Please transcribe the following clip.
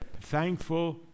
Thankful